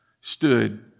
stood